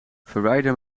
verwijder